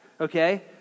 okay